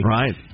right